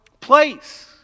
place